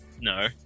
no